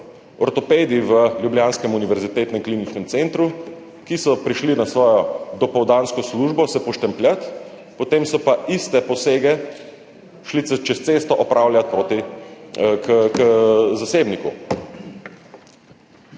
ortopedi v ljubljanskem Univerzitetnem kliničnem centru, ki so se prišli na svojo dopoldansko službo poštempljat, potem so pa šli iste posege čez cesto opravljat k zasebniku.